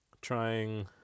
trying